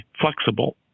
flexible